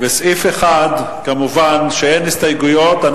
ולסעיף 1 כמובן אין הסתייגויות.